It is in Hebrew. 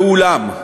ואולם,